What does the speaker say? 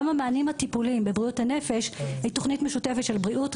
גם המענים הטיפוליים בבריאות הנפש היא תוכנית משותפת של בריאות,